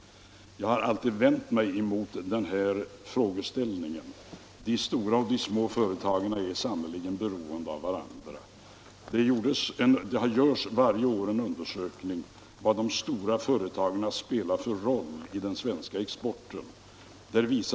Jag har alltid vänt mig emot den frågeställningen. De stora och de små företagen är sannerligen beroende av varandra. Det görs varje år en undersökning av vilken roll de stora företagen spelar för den svenska exporten.